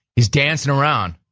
he's dancing around,